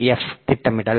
F திட்டமிடல்